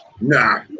Nah